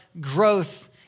growth